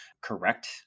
correct